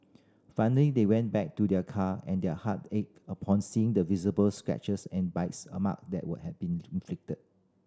finally they went back to their car and their heart ached upon seeing the visible scratches and bites a mark that were had been inflicted